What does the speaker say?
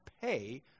pay